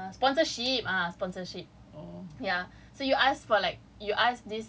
promote ah sponsorship ah sponsorship ya so you ask for like you ask this